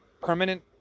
permanent